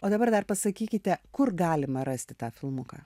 o dabar dar pasakykite kur galima rasti tą filmuką